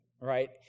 right